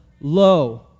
Lo